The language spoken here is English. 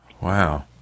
Wow